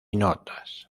notas